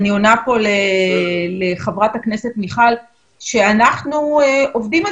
אני עונה פה לחברת הכנסת מיכל שאנחנו עובדים על